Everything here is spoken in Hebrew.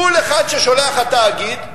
בול ששולח התאגיד,